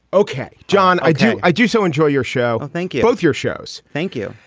ok. john i do. i do so enjoy your show. thank you. both your shows. thank you.